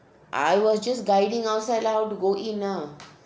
I was just guiding outside lah how to go in ah